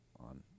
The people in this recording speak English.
on